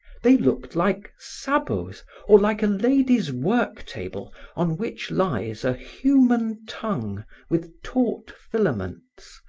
they looked like sabots or like a lady's work-table on which lies a human tongue with taut filaments,